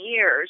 years